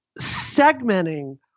segmenting